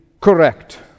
correct